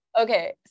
Okay